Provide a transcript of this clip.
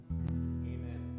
Amen